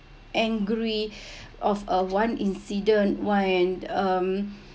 angry of a one incident when um